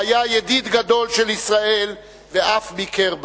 שהיה ידיד גדול של ישראל ואף ביקר בה,